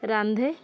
ରାନ୍ଧେ